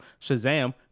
Shazam